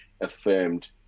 affirmed